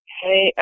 hey